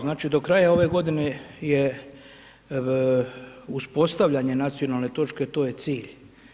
Znači do kraja ove godine je uspostavljanje nacionalne točke, to je cilj.